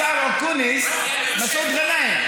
השר אקוניס, מסעוד גנאים,